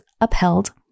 upheld